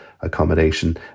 accommodation